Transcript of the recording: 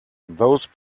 those